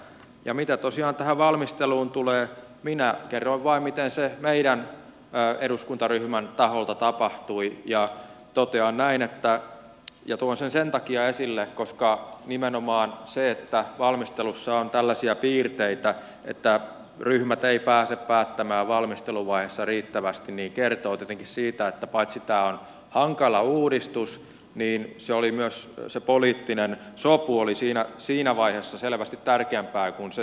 ja mitä tosiaan tähän valmisteluun tulee minä kerroin vain miten se meidän eduskuntaryhmän taholta tapahtui ja tuon sen sen takia esille koska nimenomaan se että valmistelussa on tällaisia piirteitä että ryhmät eivät pääse päättämään valmisteluvaiheessa riittävästi kertoo tietenkin siitä että paitsi että tämä on hankala uudistus se poliittinen sopu oli siinä vaiheessa selvästi tärkeämpää kuin se sisältö